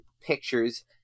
pictures